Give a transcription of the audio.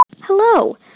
Hello